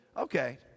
Okay